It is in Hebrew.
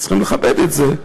צריכים לכבד את זה.